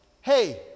hey